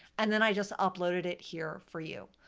and then i just uploaded it here for you.